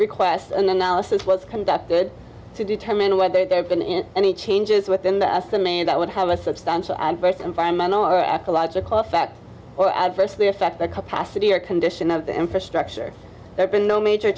request an analysis was conducted to determine whether there been any changes within their estimate that would have a substantial adverse environmental or after logical effect or adversely affect the capacity or condition of the infrastructure there's been no major